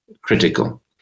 critical